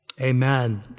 amen